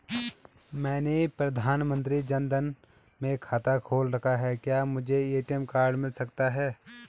मैंने प्रधानमंत्री जन धन में खाता खोल रखा है क्या मुझे ए.टी.एम कार्ड मिल सकता है?